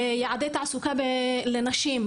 יעדי תעסוקה לנשים,